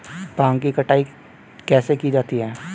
भांग की कटाई कैसे की जा सकती है?